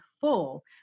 full